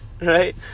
Right